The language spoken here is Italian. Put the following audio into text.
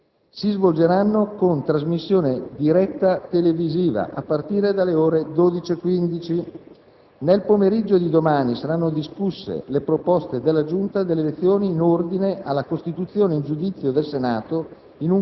si svolgeranno con trasmissione diretta televisiva, a partire dalle ore 12,15. Nel pomeriggio di domani saranno discusse la proposta della Giunta delle elezioni in ordine alla costituzione in giudizio del Senato